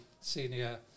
senior